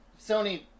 Sony